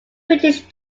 british